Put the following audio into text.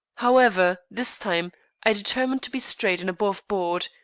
however, this time i determined to be straight and above board.